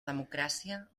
democràcia